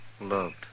loved